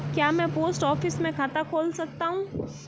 क्या मैं post office में खाता खोल सकता हूँ?